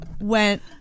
went